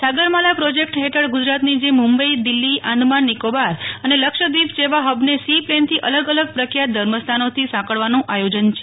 Sagarmala project હેઠળ ગુજરાતની જેમ મુંબઈ દિલ્હી આંદામાન નિકોબાર અને લક્ષદ્વીપ જેવા હબને સી પ્લેનથી અલગ અલગ પ્રખ્યાત ધર્મસ્થાનોથી સાંકળવાનું આયોજન છે